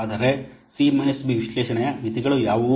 ಆದರೆ C B ವಿಶ್ಲೇಷಣೆಯ ಮಿತಿಗಳು ಯಾವುವು